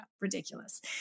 ridiculous